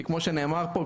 כי כמו שנאמר פה,